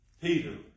Peter